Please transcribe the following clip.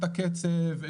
את הקצב,